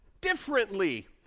differently